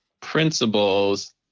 principles